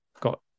got